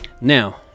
Now